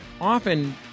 often